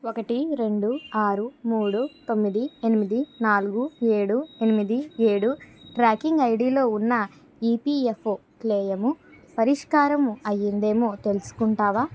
ఒకటి రెండు ఆరు మూడు తొమ్మిది ఎనిమిది నాలుగు ఏడు ఎనిమిది ఏడు ట్రాకింగ్ ఐడిలో ఉన్న ఈపిఎఫ్ఓ క్లెయము పరిష్కారం అయ్యిందేమో తెలుసుకుంటావా